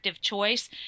choice